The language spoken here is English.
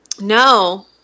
No